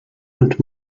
und